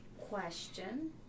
question